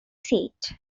seat